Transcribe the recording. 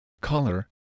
color